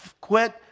quit